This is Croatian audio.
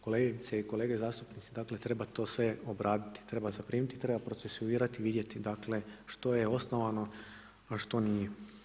Kolegice i kolege zastupnici, treba to sve obraditi, treba zaprimiti i treba procesuirati i vidjeti što je osnovano, a što nije.